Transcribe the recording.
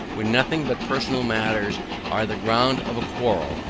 when nothing but personal matters are the ground of a quarrel,